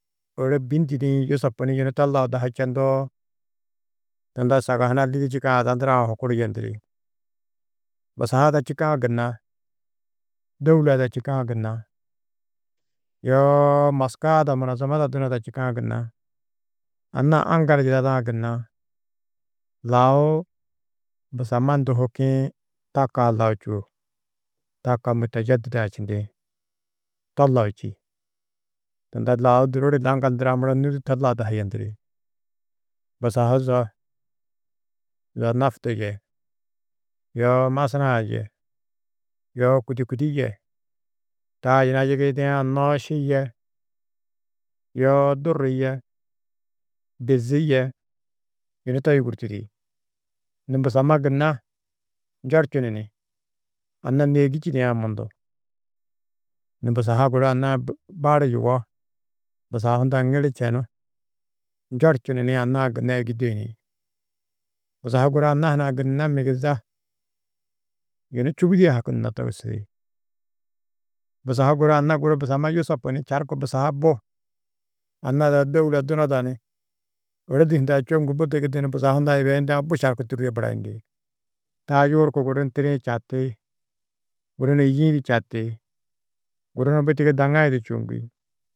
Ôro bî ndîdĩ yusopu ni yunu to lau dahu čendoo, tunda sagahuna lidî čîkã ada ndurã ha hukuru yendiri, busaha ada čîkã gunna, Dôuola ada čîkã gunna. Yoo Moskaa ada Munozomoda dunada čîkã gunna, anna aŋgal yidadã gunna lau busamma nduhukĩ taka-ã lau čûo, taka mûtejedida-ã čindĩ to lau čî, tunda lau dururi aŋgal ndurã nû du to lau dahu yendiri, busahu zo nafuto yê yoo masunaa yê yoo kûdikudi yê ta yina yigiindiã: nooši yê yoo durri yê bizi yê yunu to yûgurtudi, nû busamma gunna njorčunu ni, anna nû êgi čitiã mundu, nû busahu guru anna-ã bari yugó, busahu hundã ŋili čenú, njorčunu ni anna-ã gunna êgi duyuni, busahu guru anna hunã gunna migiza, yunu čubudîe hakundunó togusudi, busahu guru anna guru busamma yusopu čarku busa bu anna ada Dôuola dunada ni ôrozi hundã čoŋgu bu tigirdu ni busahu hundã yibeyindã, bu čarku tûrie barayindi, taa yugurku, guru ni tiri-ĩ čati, guru ni yî-ĩ du čati, guru ni bu tigirdu daŋaĩ du čûuŋgi.